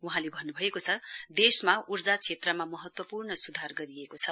वहाँले भन्नुभएको छ देशमा उर्जा क्षेत्रमा महत्वपूर्ण सुधार गरेको छ